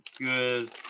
good